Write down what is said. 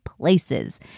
places